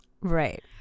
Right